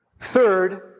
Third